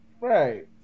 Right